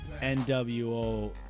NWO